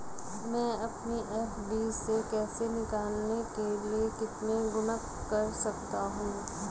मैं अपनी एफ.डी से पैसे निकालने के लिए कितने गुणक कर सकता हूँ?